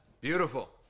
Beautiful